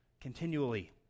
continually